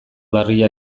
larria